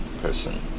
person